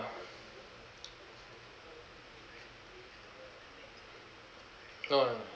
no no no